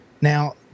now –